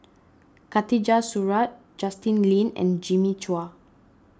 Khatijah Surattee Justin Lean and Jimmy Chua